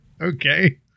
Okay